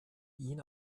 ihn